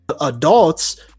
Adults